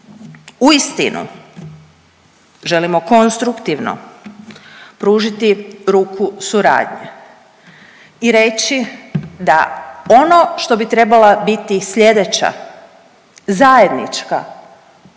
uistinu želimo konstruktivno pružiti ruku suradnje i reći da ono što bi trebala biti sljedeća zajednička